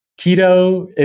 keto